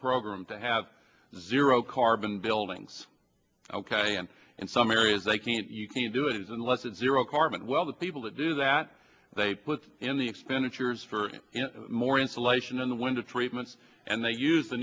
program to have zero carbon buildings ok and in some areas they can't you can do is unless it's zero carbon well the people to do that they put in the expenditures for more insulation in the window treatments and they use the